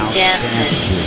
dances